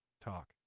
Talk